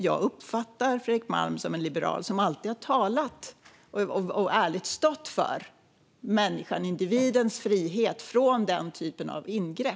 Jag uppfattar Fredrik Malm som en liberal som alltid ärligt har stått för individens frihet från den här typen av ingrepp.